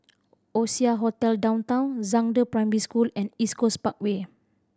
Oasia Hotel Downtown Zhangde Primary School and East Coast Parkway